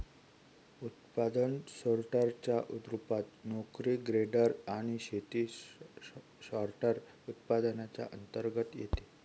उत्पादन सोर्टर च्या रूपात, नोकरी ग्रेडर आणि शेती सॉर्टर, उत्पादनांच्या अंतर्गत येते